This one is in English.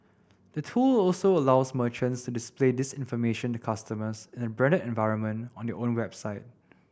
the tool also allows merchants to display this information to customers in a branded environment on their own website